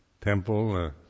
temple